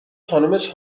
خانومش